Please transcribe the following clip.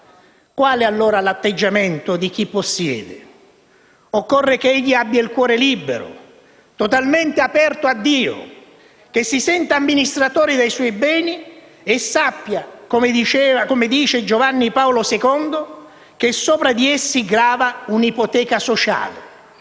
Quale allora l'atteggiamento di chi possiede? Occorre che egli abbia il cuore libero, totalmente aperto a Dio, che si senta amministratore dei suoi beni e sappia, come ha detto Giovanni Paolo II, che sopra di essi grava un'ipoteca sociale.